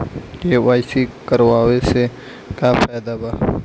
KYC करवला से का का फायदा बा?